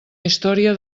història